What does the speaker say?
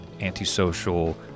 antisocial